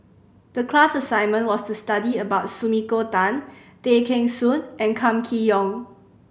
the class assignment was to study about Sumiko Tan Tay Kheng Soon and Kam Kee Yong